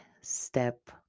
step